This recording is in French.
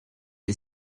est